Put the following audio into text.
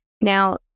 now